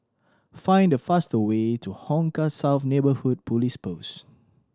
find the faster way to Hong Kah South Neighbourhood Police Post